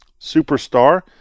superstar